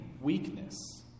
weakness